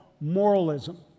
moralism